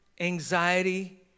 anxiety